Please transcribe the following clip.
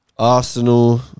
Arsenal